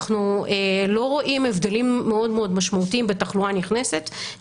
אנחנו לא רואים הבדלים מאוד מאוד משמעותיים בתחלואה הנכנסת.